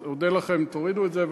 אז אודה לכם אם תורידו את זה.